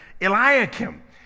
Eliakim